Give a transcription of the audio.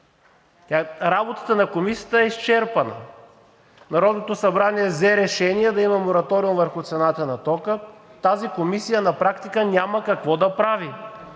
Работата на Комисията е изчерпана. Народното събрание взе решение да има мораториум върху цената на тока и тази комисия на практика няма какво да прави,